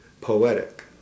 poetic